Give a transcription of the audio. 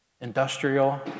Industrial